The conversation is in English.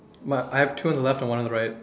but I have two on the left and one on the right